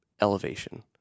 elevation